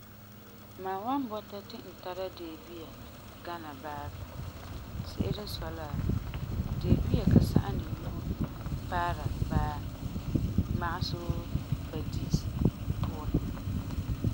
Mam wan bɔta ti n tara deebia gana baa. Se'ere n sɔi la, deebia ka sa'ani nu'o paara baa, magesɛ wuu ba diisi puan.